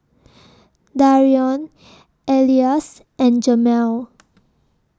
Darion Elias and Jamel